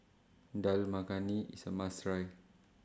Dal Makhani IS A must Try